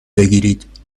بگیرید